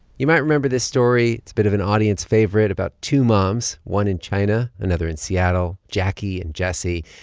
you might remember this story. it's a bit of an audience favorite about two moms one in china, another in seattle jaquie and jessie.